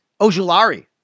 Ojulari